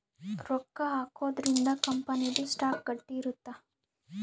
ರೊಕ್ಕ ಹಾಕೊದ್ರೀಂದ ಕಂಪನಿ ದು ಸ್ಟಾಕ್ ಗಟ್ಟಿ ಇರುತ್ತ